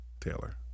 Taylor